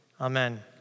Amen